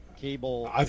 cable